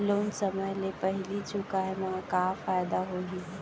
Loan समय ले पहिली चुकाए मा का फायदा होही?